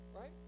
right